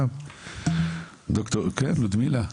ד"ר לודמילה לוקץ',